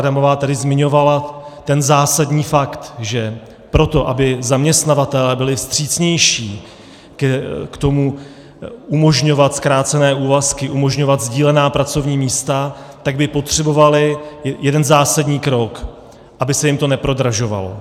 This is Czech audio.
Adamová tady zmiňovala ten zásadní fakt, že pro to, aby zaměstnavatelé byli vstřícnější k tomu umožňovat zkrácené úvazky, umožňovat sdílená pracovní místa, tak by potřebovali jeden zásadní krok aby se jim to neprodražovalo.